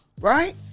Right